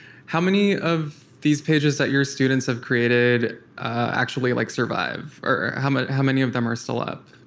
how many of these pages that your students have created actually like survived, or how um ah how many of them are still up,